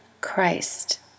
Christ